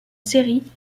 série